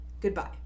Goodbye